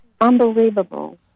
unbelievable